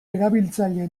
erabiltzaile